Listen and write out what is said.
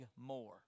more